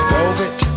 Velvet